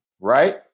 right